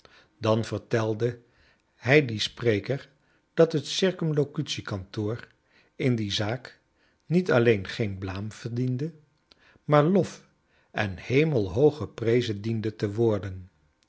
dan vertelde hij dien spreker dat het c k in die zaak niet alleen geen blaam verdiende maar lof en hemelhoog geprezen diende te worden